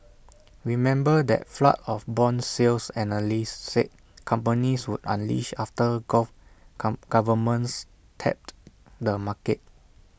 remember that flood of Bond sales analysts said companies would unleash after gulf governments tapped the market